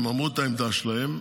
הם אמרו את העמדה שלהם.